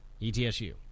ETSU